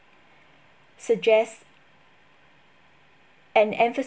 suggest an emphasis